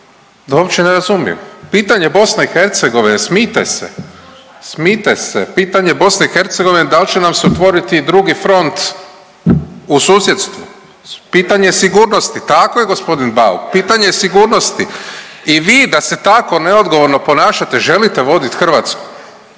da uopće ne razumiju. Pitanje BiH, smijte se, smijte se, pitanje BiH dal će nam se otvoriti i drugi front u susjedstvu, pitanje je sigurnosti, tako g. Bauk, pitanje je sigurnosti i vi da se tako neodgovorno ponašate želite vodit Hrvatsku,